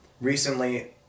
recently